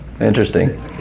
Interesting